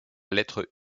lettre